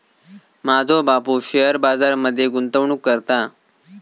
माझो बापूस शेअर बाजार मध्ये गुंतवणूक करता